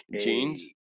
jeans